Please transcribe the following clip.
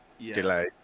delay